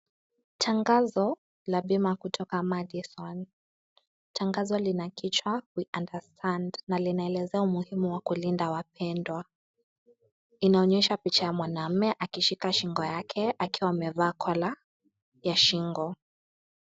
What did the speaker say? Tangazo la bima kutoka MADISON, tangazo lina kichwa we understand na linaelezea umuhimu wa kulinda wapendwa, inaonyesha picha ya mwanaume akishika shingo yake akiwa amevaa(CS) collar(CS) ya shingo.